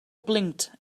blinked